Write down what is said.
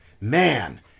Man